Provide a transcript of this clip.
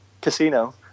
casino